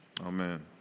Amen